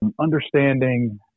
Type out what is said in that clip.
understanding